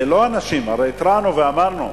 זה לא, אנשים, הרי התרענו ואמרנו.